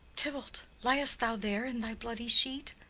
tybalt, liest thou there in thy bloody sheet?